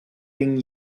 thing